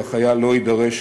והחייל לא יידרש